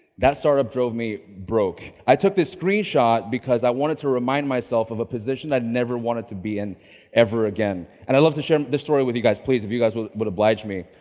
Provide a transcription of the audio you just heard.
that startup drove me broke. i took this screenshot because i wanted to remind myself of a position that never wanted to be in ever again, and i'd love to share this story with you guys. please, if you guys would would oblige me.